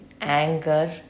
anger